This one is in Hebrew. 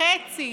חצי